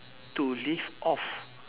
to live off